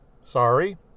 sorry